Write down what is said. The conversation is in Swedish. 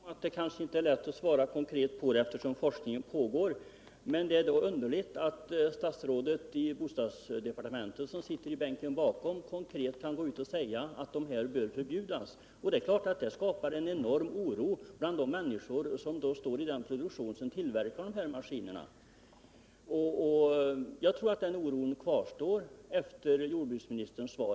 Herr talman! Jag är medveten om att det kanske inte är lätt att svara konkret, eftersom forskning pågår. Men det är då underligt att bostadsministern, som nu sitter i bänken bakom jordbruksministern, kunde gå ut och säga att stora maskiner bör förbjudas. Det är klart ett sådant uttalande skapar en enorm oro bland människor som är sysselsatta i den produktion där dessa maskiner tillverkas. Jag tror att deras oro kvarstår efter jordbruksministerns svar.